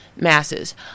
Masses